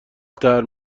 طرح